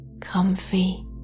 comfy